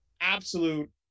absolute